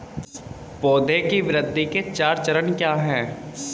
पौधे की वृद्धि के चार चरण क्या हैं?